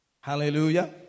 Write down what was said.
Hallelujah